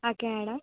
okay madam